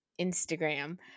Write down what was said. Instagram